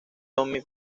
tommy